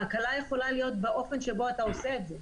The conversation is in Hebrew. ההקלה יכולה להיות באופן שבו אתה עושה את זה.